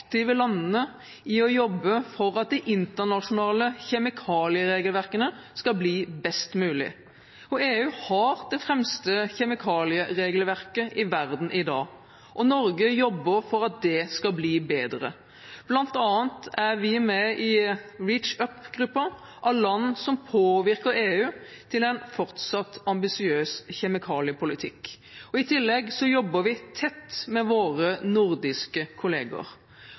aktive landene i det å jobbe for at de internasjonale kjemikalieregelverkene skal bli best mulig. EU har det fremste kjemikalieregelverket i verden i dag, og Norge jobber for at det skal bli bedre. Blant annet er vi med i REACH-up-gruppen av land som påvirker EU til en fortsatt ambisiøs kjemikaliepolitikk. I tillegg jobber vi tett med våre nordiske